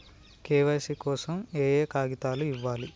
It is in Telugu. కే.వై.సీ కోసం ఏయే కాగితాలు ఇవ్వాలి?